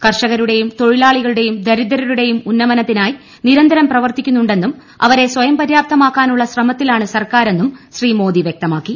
ക്ർഷകരുടെയും തൊഴിലാളികളുടെയും ദരിദ്രിരുടെയും ഉന്നമനത്തിനായി നിരന്തരം പ്രവർത്തിക്കുന്നുള്ങ്ങ്ന്നും അവരെ സ്വയം പര്യാപ്തമാക്കാനുള്ള ശ്രമത്തിലാണ് സർക്കാരെന്നും ശ്രീ മോദി വ്യക്തമാക്കി